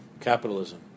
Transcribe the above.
capitalism